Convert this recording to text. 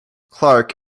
clark